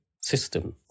system